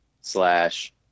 slash